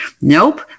nope